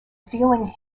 feeling